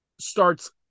starts